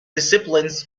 disciplines